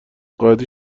قائدی